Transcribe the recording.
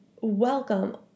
welcome